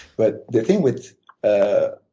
but the thing with ah